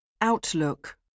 Outlook